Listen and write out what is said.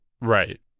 right